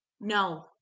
no